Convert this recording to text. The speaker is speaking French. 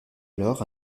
alors